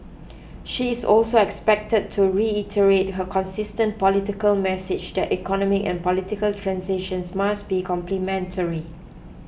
she is also expected to reiterate her consistent political message that economic and political transitions must be complementary